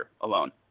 alone